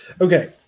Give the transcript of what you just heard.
Okay